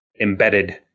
embedded